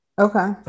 Okay